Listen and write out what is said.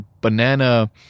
banana